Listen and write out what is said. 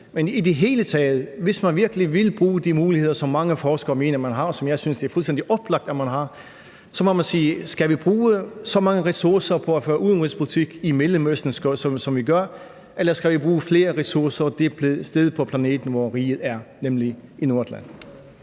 man i det hele taget vil bruge de muligheder, som mange forskere mener man har, og som jeg synes det er fuldstændig oplagt at man har, så må man spørge, om man skal bruge så mange ressourcer på at føre udenrigspolitik i Mellemøsten, som man gør, eller om man skal bruge flere ressourcer det sted på planeten, hvor riget er, nemlig i Nordatlanten.